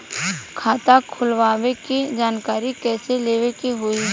खाता खोलवावे के जानकारी कैसे लेवे के होई?